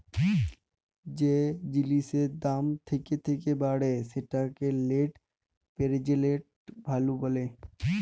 যে জিলিসের দাম থ্যাকে থ্যাকে বাড়ে সেটকে লেট্ পেরজেল্ট ভ্যালু ব্যলে